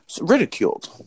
Ridiculed